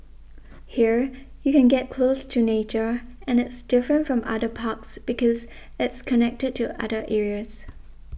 here you can get close to nature and it's different from other parks because it's connected to other areas